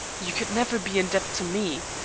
you could never be in debt to me.